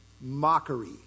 mockery